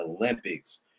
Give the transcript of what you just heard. Olympics